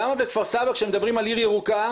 למה בכפר סבא כשמדברים על עיר ירוקה,